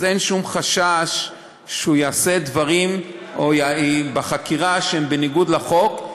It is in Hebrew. אין שום חשש שהוא יעשה בחקירה דברים שהם בניגוד לחוק,